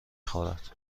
خورد